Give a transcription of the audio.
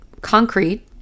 concrete